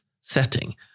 setting